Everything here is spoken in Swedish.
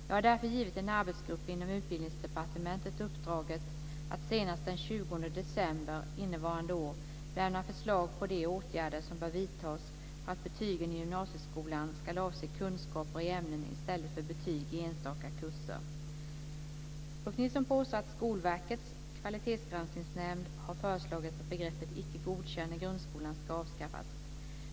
Jag har därför givit en arbetsgrupp inom Utbildningsdepartementet uppdraget att senast den 20 december innevarande år lämna förslag på de åtgärder som bör vidtas för att betygen i gymnasieskolan ska avse kunskaper i ämnen i stället för betyg i enstaka kurser. Ulf Nilsson påstår att Skolverkets kvalitetsgranskningsnämnd har föreslagit att begreppet Icke godkänd i grundskolan ska avskaffas.